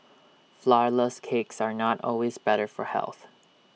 Flourless Cakes are not always better for health